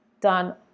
done